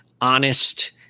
Honest